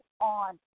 on